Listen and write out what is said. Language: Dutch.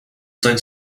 zijn